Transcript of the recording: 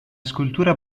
scultura